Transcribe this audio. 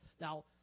Now